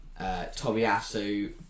Tobiasu